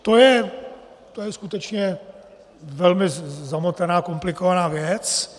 To je skutečně velmi zamotaná a komplikovaná věc.